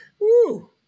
Woo